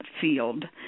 field